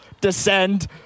descend